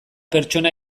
pertsona